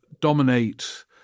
dominate